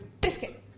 Biscuit